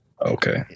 Okay